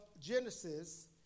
Genesis